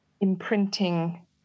imprinting